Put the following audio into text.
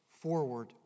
forward